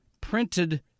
printed